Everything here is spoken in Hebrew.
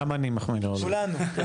גם אני מחמיא לאולגה.